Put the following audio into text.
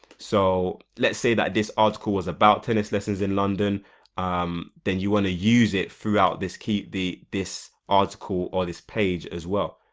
so, let's say that this article is about tennis lessons in london then you want to use it throughout this key this article or this page as well.